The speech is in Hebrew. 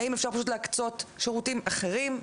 האם אפשר פשוט להקצות שירותים אחרים,